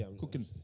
Cooking